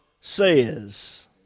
says